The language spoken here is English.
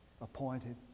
Appointed